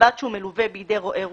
ובלבד שהוא מלווה בידי רועה רוחני,